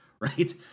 right